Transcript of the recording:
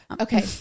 Okay